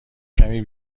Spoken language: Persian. کمی